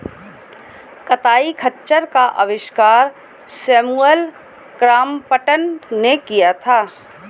कताई खच्चर का आविष्कार सैमुअल क्रॉम्पटन ने किया था